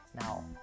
Now